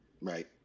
right